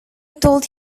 told